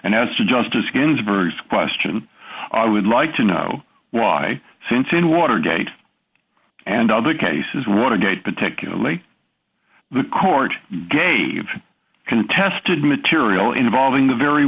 and as to justice ginsburg's question i would like to know why since in watergate and other cases watergate particularly the court gave contested material involving the very